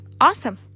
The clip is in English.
awesome